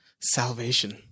Salvation